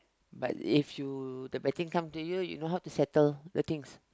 but if you the bad thing come to you you know how to settle the things